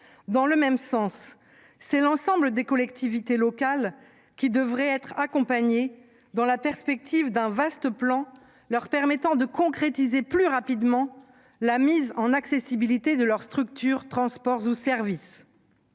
De même, l'ensemble des collectivités locales devraient être accompagnées et bénéficier d'un vaste plan leur permettant de concrétiser plus rapidement la mise en accessibilité de leurs structures, transports ou services.